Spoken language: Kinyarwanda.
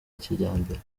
kijyambere